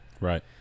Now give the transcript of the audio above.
Right